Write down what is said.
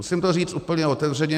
Musím to říct úplně otevřeně.